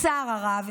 הצער הרב,